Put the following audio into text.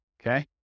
Okay